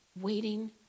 waiting